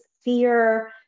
fear